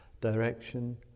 direction